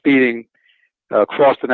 speeding across the